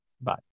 Bye